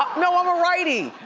no, i'm a righty.